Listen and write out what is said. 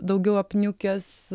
daugiau apniukęs